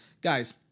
Guys